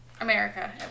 America